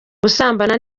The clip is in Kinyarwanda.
gusambana